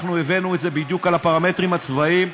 אנחנו הבאנו את זה בדיוק על הפרמטרים הצבאיים.